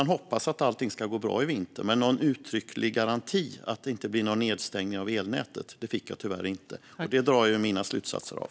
Han hoppas att allting ska gå bra i vinter, men någon uttrycklig garanti för att det inte blir någon nedstängning av elnätet fick jag tyvärr inte. Det drar jag mina slutsatser av.